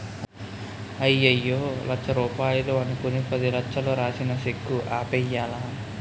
అయ్యయ్యో లచ్చ రూపాయలు అనుకుని పదిలచ్చలు రాసిన సెక్కు ఆపేయ్యాలా